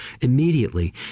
immediately